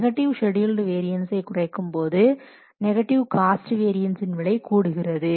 negative scheduled வேரியன்ஸை குறைக்கும் போது நெகட்டிவ் காஸ்ட் வேரியன்ஸின் விலை கூடுகிறது